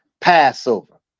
Passover